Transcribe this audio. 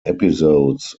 episodes